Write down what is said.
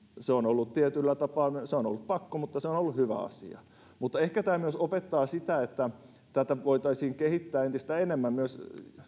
se on ollut tietyllä tapaa pakko mutta se on on ollut hyvä asia ehkä tämä myös opettaa sitä että voitaisiin kehittää entistä enemmän myös